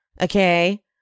Okay